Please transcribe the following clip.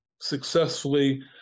successfully